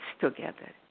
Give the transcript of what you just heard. together